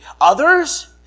others